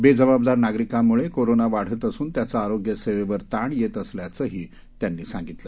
बेजबाबदार नागरिकांमुळे कोरोना वाढत असून त्याचा आरोग्य सेवेवर ताण येत असल्याचंही त्यांनी सांगितलं